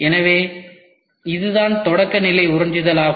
எனவே இதுதான் தொடக்க நிலை உறிஞ்சுதல் ஆகும்